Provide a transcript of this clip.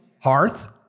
Hearth